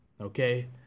Okay